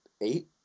eight